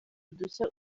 udushya